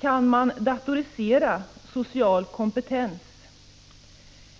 Kan man datorisera social kompetens?